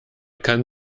kann